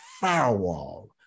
firewall